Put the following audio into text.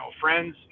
friends